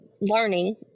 learning